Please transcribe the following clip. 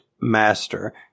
master